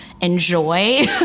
enjoy